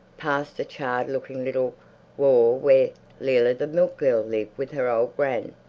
passed the charred-looking little whare where leila the milk-girl lived with her old gran.